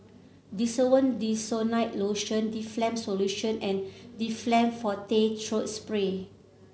Desowen Desonide Lotion Difflam Solution and Difflam Forte Throat Spray